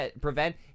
prevent